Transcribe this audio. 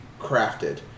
crafted